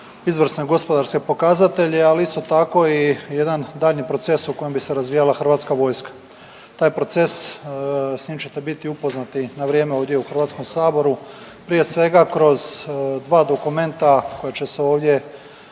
izvrsne gospodarske pokazatelje, ali isto tako i jedan daljnji proces u kojem bi se razvijala HV. Taj proces, s njim ćete biti upoznati na vrijeme ovdje u HS, prije svega kroz dva dokumenta koja će se ovdje